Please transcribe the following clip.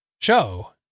show